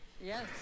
yes